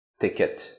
ticket